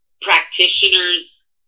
practitioners